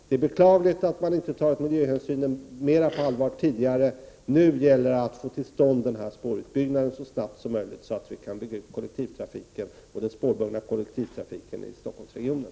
Det är beklagligt att man inte har tagit miljöhänsynen mer på allvar tidigare. Nu gäller det att få till stånd denna spårutbyggnad så snabbt som möjligt, så att vi kan bygga ut den spårbundna kollektivtrafiken i Stockholmsregionen.